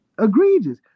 egregious